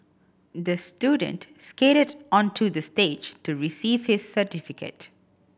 the student skated onto the stage to receive his certificate